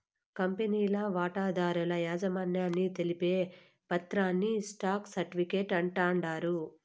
కంపెనీల వాటాదారుల యాజమాన్యాన్ని తెలిపే పత్రాని స్టాక్ సర్టిఫీకేట్ అంటాండారు